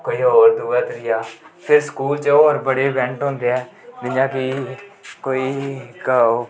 कोई होर दूआ त्रीआ फिर स्कूल च होर बड़े इवैंट होंदे ऐं जियां कि कोई